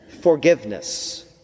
forgiveness